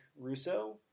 Russo